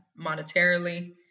monetarily